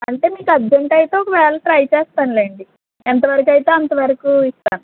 అంటే మీకు అర్జెంట్ అయితే ఒకవేళ ట్రై చేస్తానులెండి ఎంత వరకు అయితే అంత వరకు ఇస్తాను